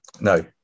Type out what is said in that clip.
No